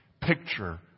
picture